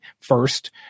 first